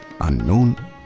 unknown